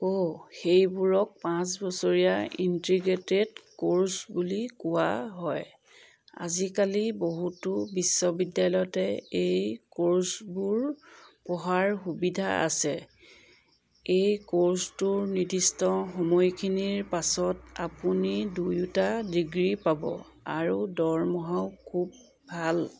অঁ সেইবোৰক পাঁচ বছৰীয়া ইণ্টিগ্ৰেটেড ক'ৰ্ছ বুলি কোৱা হয় আজিকালি বহুতো বিশ্ববিদ্যালয়তে এই ক'ৰ্ছবোৰ পঢ়াৰ সুবিধা আছে এই ক'ৰ্ছটোৰ নিৰ্দিষ্ট সময়খিনিৰ পাছত আপুনি দুয়োটা ডিগ্ৰী পাব আৰু দৰমহাও খুব ভাল